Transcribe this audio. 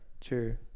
true